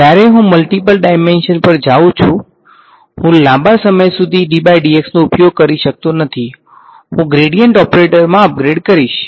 જ્યારે હું multiple dimension પર જાઉં છું હું લાંબા સમય સુધી નો ઉપયોગ કરી શકતો નથી હું ગ્રેડીયન્ટ ઓપરેટરમાં અપગ્રેડ કરીશ